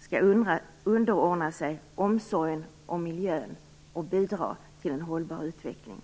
skall underordna sig omsorgen om miljön och bidra till en hållbar utveckling.